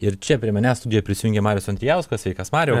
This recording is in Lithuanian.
ir čia prie manęs studijoje prisijungė marius andrijauskas sveikas mariau